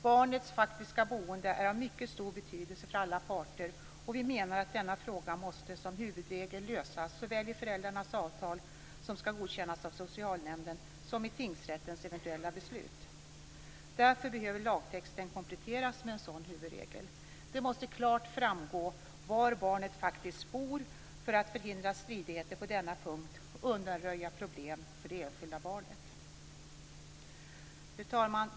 Barnets faktiska boende är av mycket stor betydelse för alla parter, och vi menar att den frågan som huvudregel måste lösas såväl i föräldrarnas avtal, som skall godkännas av socialnämnden, som i tingsrättens eventuella beslut. Därför behöver lagtexten kompletteras med en sådan huvudregel. Det måste klart framgå var barnet faktiskt bor, för att man skall kunna förhindra stridigheter på denna punkt och undanröja problem för det enskilda barnet. Fru talman!